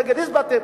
נגדי הצבעתם,